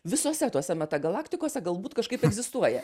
visose tose metagalaktikose galbūt kažkaip egzistuoja